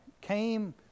came